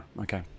okay